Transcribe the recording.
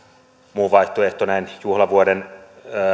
muu vaihtoehto näin juhlavuoden